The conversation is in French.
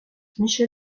michel